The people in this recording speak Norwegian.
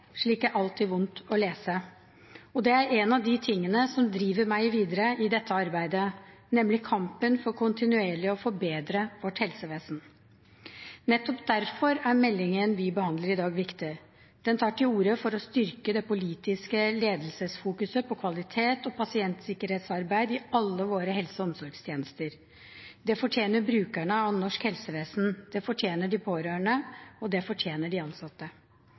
er alltid vondt å lese. Og det er en av de tingene som driver meg videre i dette arbeidet, nemlig kampen for kontinuerlig å forbedre vårt helsevesen. Nettopp derfor er meldingen vi behandler i dag, viktig. Den tar til orde for å styrke det politiske ledelsesfokuset på kvalitets- og pasientsikkerhetsarbeidet i alle våre helse- og omsorgstjenester. Det fortjener brukerne av norsk helsevesen, det fortjener de pårørende, og det fortjener de ansatte.